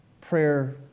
prayer